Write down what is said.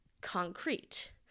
concrete